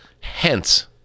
Hence